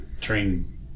train